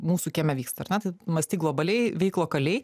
mūsų kieme vyksta ar ne tai mąstyk globaliai veik lokaliai